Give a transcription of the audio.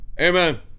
Amen